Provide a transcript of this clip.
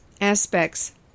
aspects